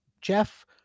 Jeff